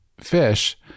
fish